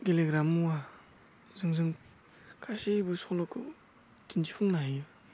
गेलेग्रा मुवा जोंजों खायसे सल'खौ दिन्थिफुंनो हायो